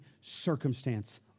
circumstance